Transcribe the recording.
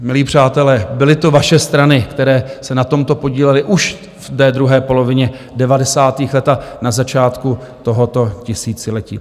Milí přátelé, byly to vaše strany, které se na tomto podílely už v té druhé polovině 90. let a na začátku tohoto tisíciletí.